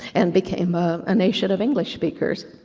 and became a nation of english speakers.